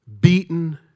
beaten